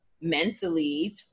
mentally